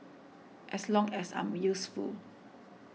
as long as I'm useful